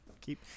keep